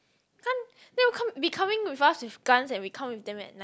can't then will come be coming with us with guns and we come with them at knives